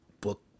book